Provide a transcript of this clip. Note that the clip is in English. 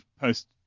post